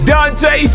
Dante